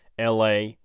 la